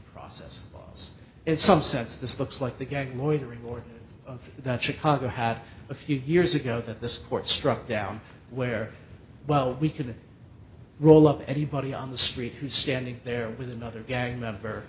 process clause and some says this looks like the gag loitering or that chicago had a few years ago that this court struck down where well we can the role of anybody on the street who's standing there with another gang member